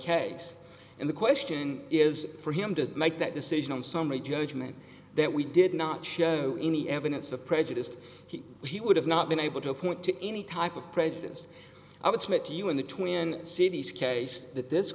case and the question is for him to make that decision on summary judgment that we did not show any evidence of prejudiced he he would have not been able to point to any type of prejudice i would submit to you in the twin cities case that this